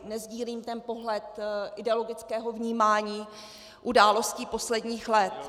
Nesdílím ten pohled ideologického vnímání událostí posledních let.